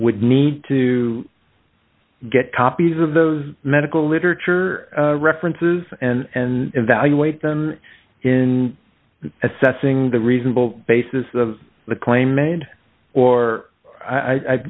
would need to get copies of those medical literature references and then evaluate them in assessing the reasonable basis of the claim made or i